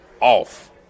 off